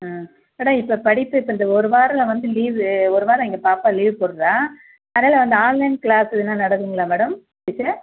ஆ madam இப்போ படிப்பு இப்போ இந்த ஒரு வாரம் வந்து லீவு ஒரு வாரம் எங்கள் பாப்பா லீவ் போடுறா அதனால் அந்த ஆன்லைன் க்ளாஸ் இதெல்லாம் நடக்குங்களா மேடம் டீச்சர்